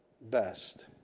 best